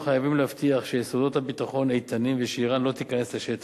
אנחנו חייבים להבטיח שיסודות הביטחון איתנים ושאירן לא תיכנס לשטח.